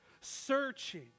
searching